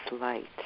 light